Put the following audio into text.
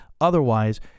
Otherwise